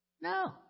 No